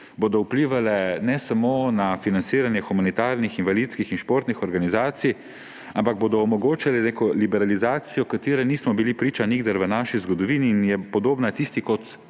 bodo vplivale ne samo na financiranje humanitarnih, invalidskih in športnih organizacij, ampak bodo omogočale neko liberalizacijo, kateri nismo bili priča nikdar v naši zgodovini in je podobna tisti, kot